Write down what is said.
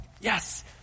Yes